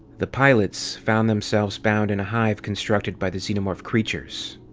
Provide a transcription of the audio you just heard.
the pilots found themselves bound in a hive contructed by the xenomorph creatures.